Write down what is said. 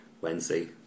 Wednesday